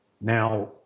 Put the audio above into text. Now